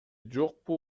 жокпу